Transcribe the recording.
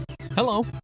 Hello